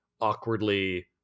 awkwardly